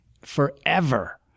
forever